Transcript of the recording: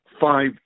five